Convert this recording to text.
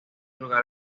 lugar